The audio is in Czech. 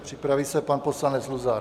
Připraví se pan poslanec Luzar.